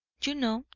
you know,